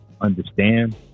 understand